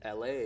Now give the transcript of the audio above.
LA